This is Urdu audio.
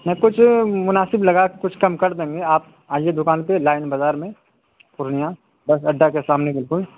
نہیں کچھ مناسب لگا کے کچھ کم کر دیں گے آپ آئیے دکان پہ لائن بازار میں پورنیہ بس اڈا کے سامنے بالکل